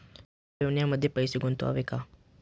मुदत ठेवींमध्ये पैसे गुंतवावे का?